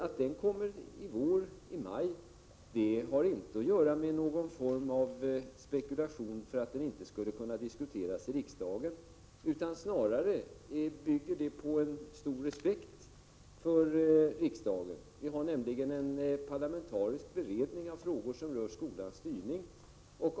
Att propositionen kommer i maj har inte att göra med någon form av spekulation om att den inte skulle kunna diskuteras i riksdagen, utan snarare är det fråga om en stor respekt för riksdagen. Vi har nämligen en parlamentarisk kommitté för beredning av frågor som rör skolans styrning.